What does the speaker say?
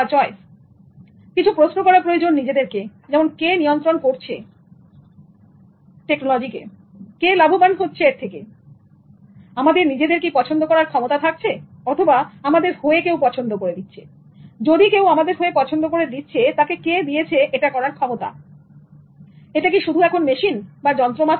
আমাদের কিছু প্রশ্ন করা প্রয়োজন নিজেদেরকে যেমন কে নিয়ন্ত্রন করছে টেকনোলজি কে লাভবান হচ্ছে এর থেকে আমাদের কি পছন্দ করার ক্ষমতা থাকছে অথবা আমাদের হয়ে যদি কেউ পছন্দ করে দিচ্ছে এবং তাকে কে দিয়েছে বা তাকে কে দিচ্ছে এটা করার ক্ষমতা এটা কি শুধু এখন মেশিন বা যন্ত্র মাত্র